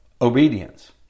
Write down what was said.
obedience